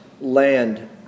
land